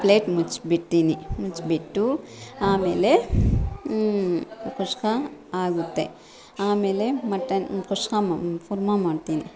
plate ಮುಚ್ಚಿಬಿಡ್ತೀನಿ ಮುಚ್ಚಿಬಿಟ್ಟು ಆಮೇಲೆ ಕುಷ್ಕಾ ಆಗುತ್ತೆ ಆಮೇಲೆ ಮಟನ್ ಕುಷ್ಕಾ ಮ ಕುರ್ಮಾ ಮಾಡ್ತೀನಿ